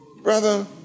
Brother